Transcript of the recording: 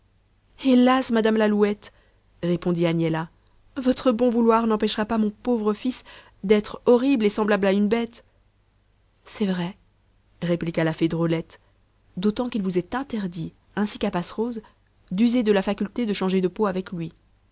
hélas madame l'alouette répondit agnella votre bon vouloir n'empêchera pas mon pauvre fils d'être horrible et semblable à une bête c'est vrai répliqua la fée drôlette d'autant qu'il vous est interdit ainsi qu'à passerose d'user de la faculté de changer de peau avec lui